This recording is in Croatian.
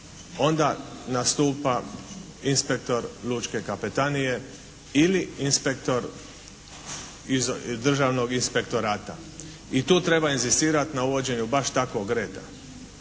onda nastupa inspektor lučke kapetanije ili inspektor iz Državnog inspektorata. I tu treba inzistirati na uvođenju baš takvog reda.